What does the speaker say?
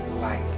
life